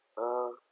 uh